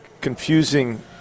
Confusing